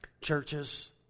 churches